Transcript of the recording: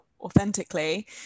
authentically